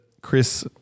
Chris